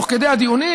תוך כדי הדיונים,